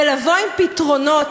ולבוא עם פתרונות,